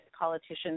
politicians